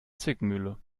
zwickmühle